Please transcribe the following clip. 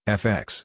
fx